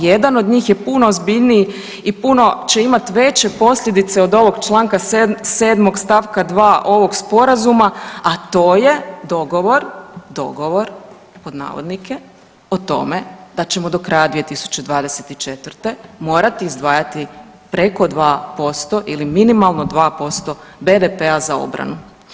Jedan od njih je puno ozbiljniji i puno će imati veće posljedice od ovog članka 7. stavka 2. ovog Sporazuma, a to je dogovor, dogovor pod navodnike o tome da ćemo do kraja 2024. morati izdvajati preko 2% ili minimalno 2% BDP-a za obranu.